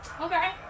Okay